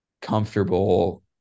comfortable